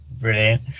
brilliant